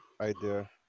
idea